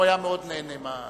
הוא היה מאוד נהנה.